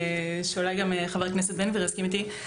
ואולי גם חבר הכנסת בן גביר יסכים איתי.